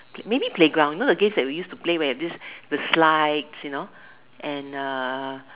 maybe playground you know the games that we used to play where we have these the slides you know and the